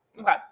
Okay